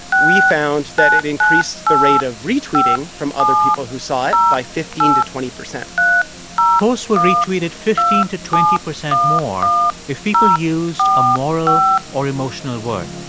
we found that it increased the rate of retweeting from other people who saw it by fifteen to twenty point posts were retweeted fifteen to twenty percent more if people used a moral or emotional word.